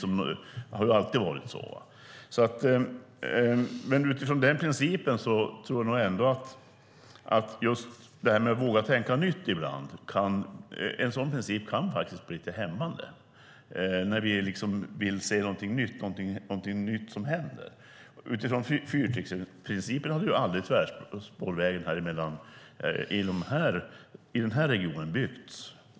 Med tanke på att man ska våga tänka nytt kan en sådan princip vara lite hämmande. Om fyrstegsprincipen hade tillämpats strikt hade aldrig tvärbanan i den här regionen byggts.